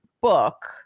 book